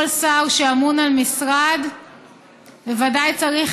כל שר שאמון על משרד בוודאי שצריך